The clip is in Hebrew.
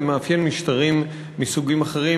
זה מאפיין משטרים מסוגים אחרים,